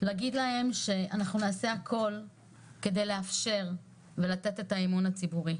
להגיד להם שאנחנו נעשה הכול כדי לאפשר ולתת את האמון הציבורי,